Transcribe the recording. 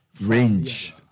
range